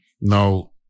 No